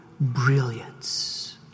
brilliance